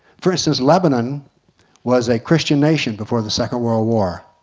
for instance, lebanon was a christian nation before the second world war.